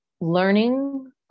learning